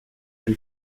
elle